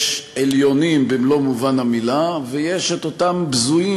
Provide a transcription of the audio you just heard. יש עליונים במלוא מובן המילה ויש אותם בזויים,